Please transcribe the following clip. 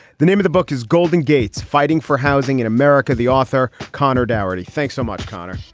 the name of the book is golden gates fighting for housing in america. the author, connor darity. thanks so much. connor,